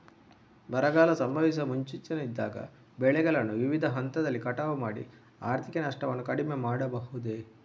ಬರಗಾಲ ಸಂಭವಿಸುವ ಮುನ್ಸೂಚನೆ ಇದ್ದಾಗ ಬೆಳೆಗಳನ್ನು ವಿವಿಧ ಹಂತದಲ್ಲಿ ಕಟಾವು ಮಾಡಿ ಆರ್ಥಿಕ ನಷ್ಟವನ್ನು ಕಡಿಮೆ ಮಾಡಬಹುದೇ?